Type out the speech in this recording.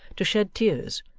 to shed tears,